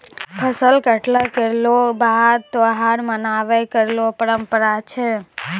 फसल कटला केरो बाद त्योहार मनाबय केरो परंपरा छै